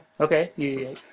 Okay